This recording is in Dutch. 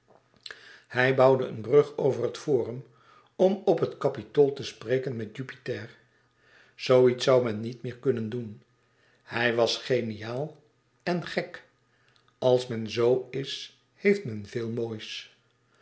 hij bouwde een brug over het forum om op het capitool te spreken met jupiter zoo iets zoû men niet meer kunnen doen hij was geniaal en gek als men zoo is heeft men veel moois